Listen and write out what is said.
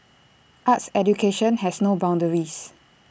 arts education has no boundaries